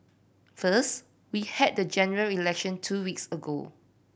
first we had the General Election two weeks ago